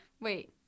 Wait